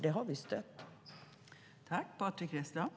Det har vi nämligen stött.